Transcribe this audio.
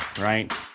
right